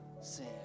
sin